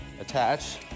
attach